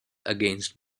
against